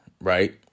right